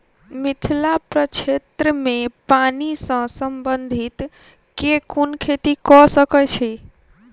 मिथिला प्रक्षेत्र मे पानि सऽ संबंधित केँ कुन खेती कऽ सकै छी?